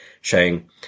showing